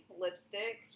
lipstick